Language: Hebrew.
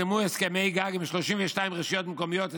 נחתמו הסכמי גג עם 32 רשויות מקומיות.